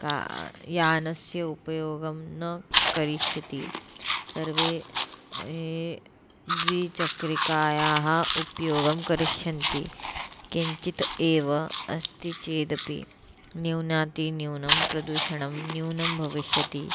का यानस्य उपयोगं न करिष्यति सर्वे द्विचक्रिकायाः उपयोगं करिष्यन्ति किञ्चित् एव अस्ति चेदपि न्यूनातिन्यूनं प्रदूषणं न्यूनं भविष्यति